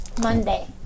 Monday